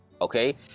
okay